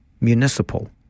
municipal